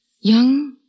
Young